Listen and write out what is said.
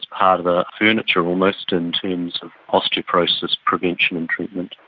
part of the furniture almost in terms of osteoporosis prevention and treatment.